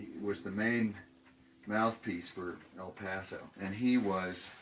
was the main mouthpiece for el paso, and he was,